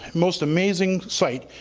most amazing site,